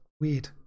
weird